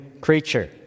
creature